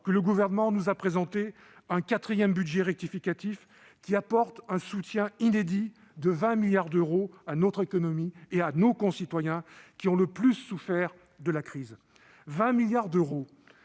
que le Gouvernement nous a présenté un quatrième budget rectificatif, qui apporte un soutien inédit de 20 milliards d'euros à notre économie et à nos concitoyens ayant le plus souffert de la crise : 20 milliards d'euros !